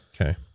Okay